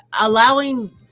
allowing